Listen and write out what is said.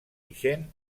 ixen